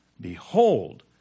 behold